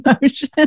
emotion